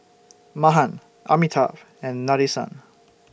Mahan Amitabh and Nadesan